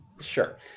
sure